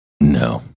No